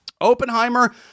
Oppenheimer